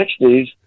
60s